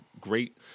great